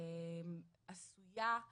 סעיף 33יג(ח).